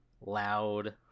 loud